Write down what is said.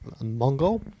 Mongol